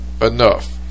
enough